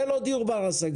זה לא דיור בר השגה.